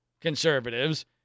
conservatives